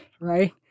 right